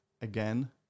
again